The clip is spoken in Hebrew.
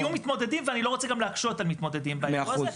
יהיו מתמודדים ואני לא רוצה גם להקשות על מתמודדים באירוע הזה,